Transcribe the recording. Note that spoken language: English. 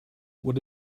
what